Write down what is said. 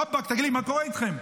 רבאק, תגידו לי, מה קורה אתכם?